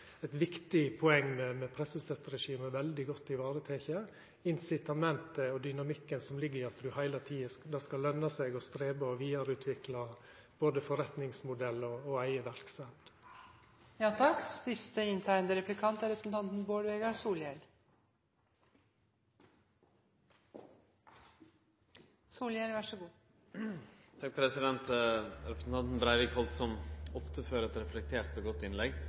eit dynamisk tak, samstundes som det varetek veldig godt eit anna viktig poeng med pressestøtteregimet: incitamentet og dynamikken som ligg i at det heile tida skal løna seg å streva etter å vidareutvikla både forretningsmodellar og eigarverksemd. Representanten Breivik heldt som ofte før eit reflektert og godt innlegg,